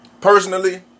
personally